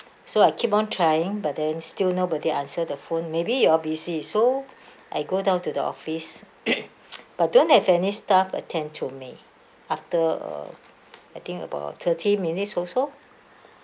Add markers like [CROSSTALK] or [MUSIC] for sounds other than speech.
so I keep on trying but then still nobody answer the phone maybe you are busy so I go down to the office [COUGHS] but don't have any staff attend to me after I think about thirty minutes or so